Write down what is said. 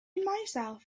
myself